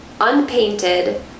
unpainted